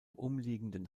umliegenden